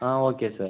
ah okay sir